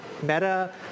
Meta